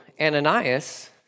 Ananias